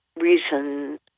reason